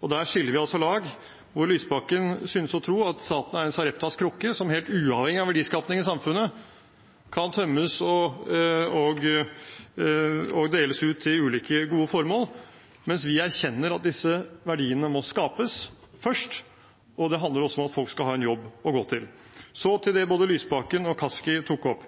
om. Der skiller vi altså lag. Lysbakken synes å tro at staten er en slags Sareptas krukke, som helt uavhengig av verdiskapingen i samfunnet kan tømmes og deles ut til ulike gode formål, mens vi erkjenner at disse verdiene må skapes først. Det handler også om at folk skal ha en jobb å gå til. Til det både Lysbakken og Kaski tok opp